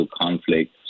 conflict